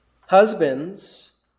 husbands